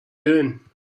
doing